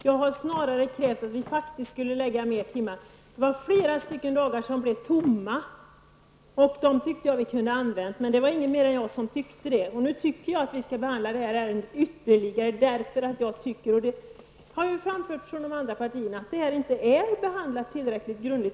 Jag har snarare krävt att vi skulle lägga ned fler timmar på detta. Det var flera dagar som blev tomma. Jag tyckte att vi kunde ha använt dem, men det var ingen mer än jag som tyckte det. Nu tycker jag att vi skall behandla detta ärende ytterligare, därför att det inte är behandlat tillräckligt grundligt. Det har också framförts från de andra partierna.